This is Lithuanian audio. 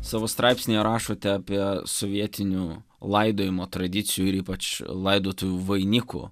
savo straipsnyje rašote apie sovietinių laidojimo tradicijų ir ypač laidotuvių vainikų